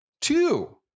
Two